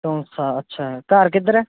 ਤੌਂਸਾ ਅੱਛਾ ਘਰ ਕਿੱਧਰ ਹੈ